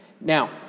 Now